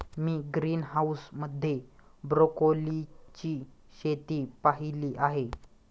मी greenhouse मध्ये ब्रोकोलीची शेती पाहीली आहे